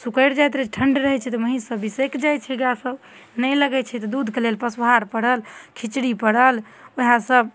सुकैर जाइत रहै छै ठण्ड रहै छै तऽ महीस सब बिसैख जाइ छै गाय सब नहि लगै छै तऽ दूधके लेल पशुहार परल खिचड़ी परल ओहए सब